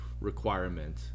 requirement